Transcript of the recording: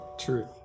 Truth